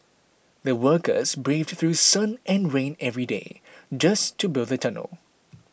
the workers braved through sun and rain every day just to build the tunnel